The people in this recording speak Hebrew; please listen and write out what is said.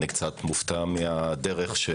אני מופתע מהדרך.